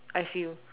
I see you